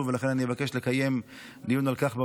ולכן אני אבקש לקיים דיון על כך בוועדה.